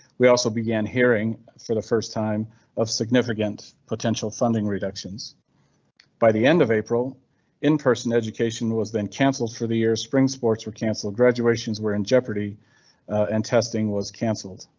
we also began hearing for the first time of significant potential funding reductions by the end of april in person. education was then cancelled for the year, spring sports or cancelled graduations were in jeopardy and testing was cancelled.